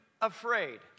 afraid